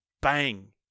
bang